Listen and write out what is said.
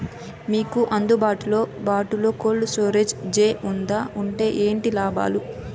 మీకు అందుబాటులో బాటులో కోల్డ్ స్టోరేజ్ జే వుందా వుంటే ఏంటి లాభాలు?